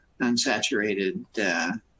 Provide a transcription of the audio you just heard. unsaturated